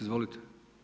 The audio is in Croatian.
Izvolite.